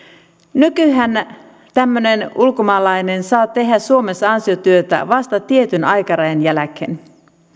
nykyään tämmöinen ulkomaalainen saa tehdä suomessa ansiotyötä vasta tietyn aikarajan jälkeen